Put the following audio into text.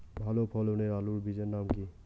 ভালো ফলনের আলুর বীজের নাম কি?